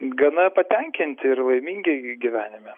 gana patenkinti ir laimingi jų gyvenime